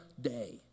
day